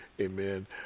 amen